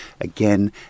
again